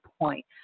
point